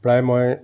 প্ৰায় মই